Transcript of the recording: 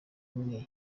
imipira